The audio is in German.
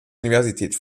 universität